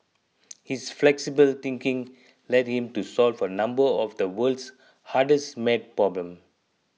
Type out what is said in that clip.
his flexible thinking led him to solve a number of the world's hardest maths problem